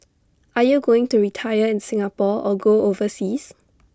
are you going to retire in Singapore or go overseas